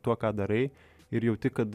tuo ką darai ir jauti kad